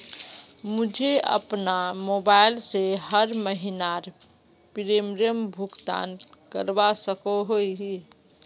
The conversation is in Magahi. मुई अपना मोबाईल से हर महीनार प्रीमियम भुगतान करवा सकोहो ही?